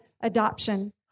adoption